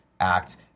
act